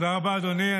תודה רבה, אדוני.